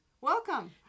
Welcome